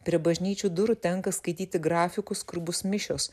prie bažnyčių durų tenka skaityti grafikus kur bus mišios